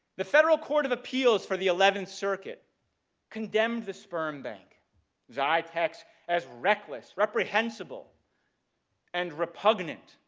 the federal court of appeals for the eleventh circuit condemned the sperm bank xytex as reckless, reprehensible and repugnant